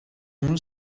اون